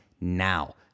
now